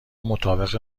مطابق